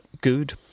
good